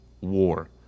war